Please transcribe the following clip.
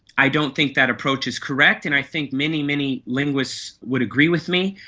i don't think that approach is correct and i think many, many linguists would agree with me.